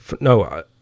No